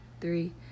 three